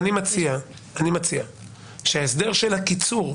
אני מציע שההסדר של הקיצור,